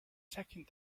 second